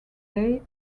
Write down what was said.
day